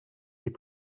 des